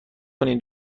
کنین